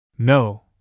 No